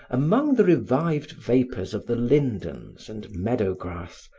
among the revived vapors of the lindens and meadow grass,